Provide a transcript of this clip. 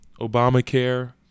Obamacare